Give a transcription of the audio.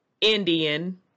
Indian